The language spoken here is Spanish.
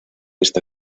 esta